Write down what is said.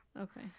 Okay